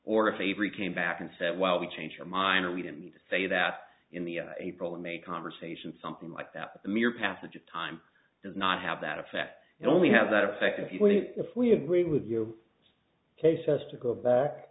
or if avery came back and said well we changed our mind or we didn't need to say that in the april and may conversation something like that the mere passage of time does not have that effect and only have that effect if you think if we agree with you cases to go back